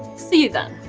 see you then.